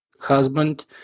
husband